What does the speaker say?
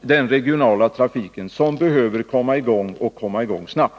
den regionala trafiken, som behöver komma i gång och det snart.